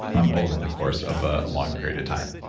um over the course of a long period of time.